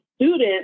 students